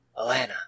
Alana